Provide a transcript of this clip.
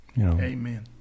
Amen